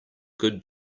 good